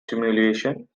simulation